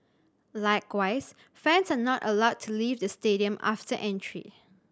likewise fans are not allowed to leave the stadium after entry